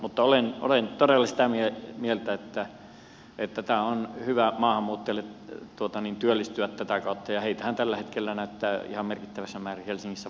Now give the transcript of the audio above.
mutta olen todella sitä mieltä että maahanmuuttajan on hyvä työllistyä tätä kautta ja heitähän tällä hetkellä näyttää ihan merkittävässä määrin varsinkin helsingissä olevan